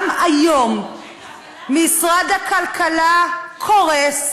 גם היום משרד הכלכלה קורס.